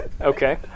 Okay